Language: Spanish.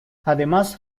además